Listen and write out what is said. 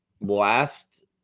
last